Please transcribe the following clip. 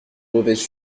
mauvaise